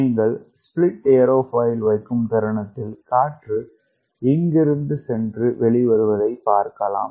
நீங்கள் ஸ்பிலிட் ஏரோபியில் வைக்கும் தருணத்தில் காற்று இங்கிருந்து சென்று வெளி வருவதை பார்க்கலாம்